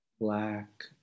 black